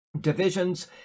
Divisions